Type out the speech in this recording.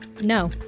No